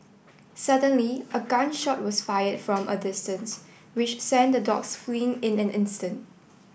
suddenly a gun shot was fired from a distance which sent the dogs fleeing in an instant